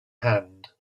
hand